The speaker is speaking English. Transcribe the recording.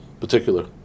particular